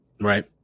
Right